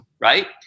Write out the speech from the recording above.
right